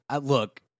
look